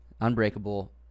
Unbreakable